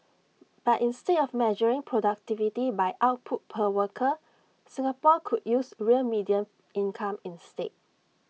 but instead of measuring productivity by output per worker Singapore could use real median income instead